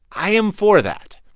i am for that.